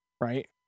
right